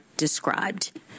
Described